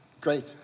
Great